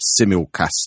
simulcast